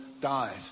died